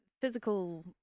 physical